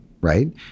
right